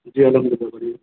جی الحمد للہ بڑھیا